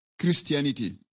Christianity